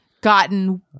gotten